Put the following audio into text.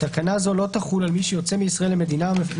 תקנה זו לא תחול על מי שיוצא מישראל למדינות